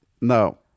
no